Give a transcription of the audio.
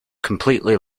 completely